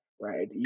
right